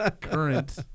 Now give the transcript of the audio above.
current